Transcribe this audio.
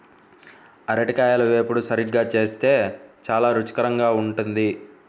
అరటికాయల వేపుడు సరిగ్గా చేస్తే చాలా రుచికరంగా ఉంటుంది